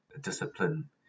discipline